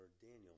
Daniel